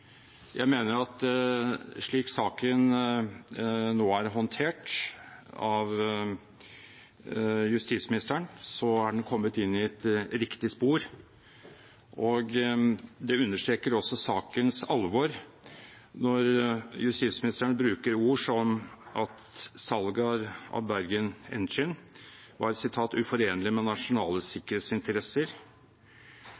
Jeg mener at slik saken nå er håndtert av justisministeren, er den kommet inn i et riktig spor, Det understreker også sakens alvor når justisministeren bruker ord som at salget av Bergen Engines var uforenlig med nasjonale